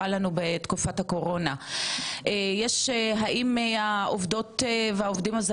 האם העובדות והעובדים הזרים שבעצם נמצאים כאן בתקופת הקורונה,